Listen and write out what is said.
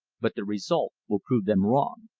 but the result will prove them wrong.